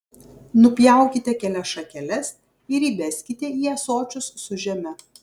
nupjaukite kelias šakeles ir įbeskite į ąsočius su žeme